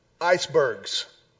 icebergs